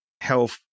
health